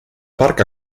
parco